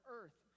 earth